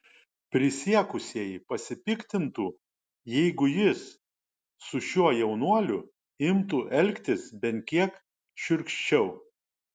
prisiekusieji pasipiktintų jeigu jis su šiuo jaunuoliu imtų elgtis bent kiek šiurkščiau